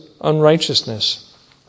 unrighteousness